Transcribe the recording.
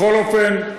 בכל אופן,